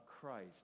Christ